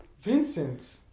Vincent